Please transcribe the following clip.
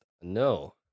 no